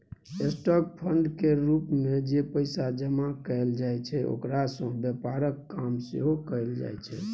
stock fund केर रूप मे जे पैसा जमा कएल जाइ छै ओकरा सँ व्यापारक काम सेहो कएल जाइ छै